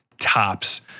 tops